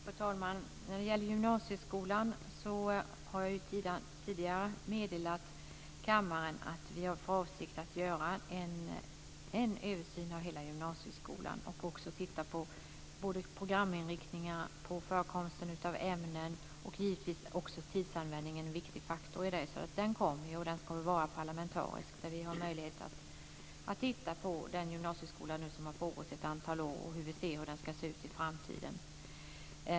Fru talman! När det gäller gymnasieskolan har jag tidigare meddelat kammaren att vi har för avsikt att göra en översyn av hela gymnasieskolan och också titta på både programinriktningar och förekomsten av ämnen. Det gäller givetvis också tidsanvändningen, som är en viktig faktor. Den översynen kommer, och den ska vara parlamentarisk. Där får vi möjlighet att titta på den gymnasieskola som nu har verkat ett antal år, och vi får se hur den ska se ut i framtiden.